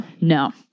No